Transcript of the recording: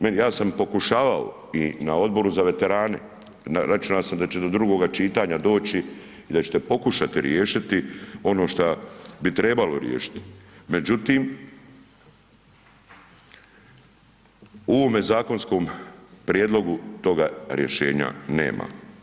Meni, ja sam pokušao i na Odboru za veterane, računao sam da će do drugoga čitanja doći i da ćete pokušati riješiti ono što bi trebalo riješiti, međutim, u ovome zakonskom prijedlogu toga rješenja nema.